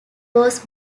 was